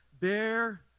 Bear